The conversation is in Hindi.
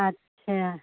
अच्छा